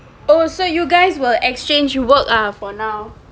oh so you guys will exchange work ah for now